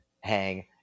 hang